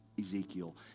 Ezekiel